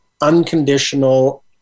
unconditional